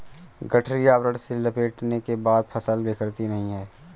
गठरी आवरण से लपेटने के बाद फसल बिखरती नहीं है